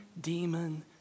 demon